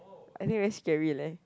I think very scary leh